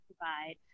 provide